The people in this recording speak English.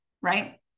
right